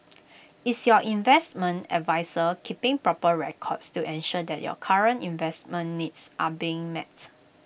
is your investment adviser keeping proper records to ensure that your current investment needs are being mets